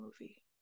movie